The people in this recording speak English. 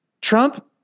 Trump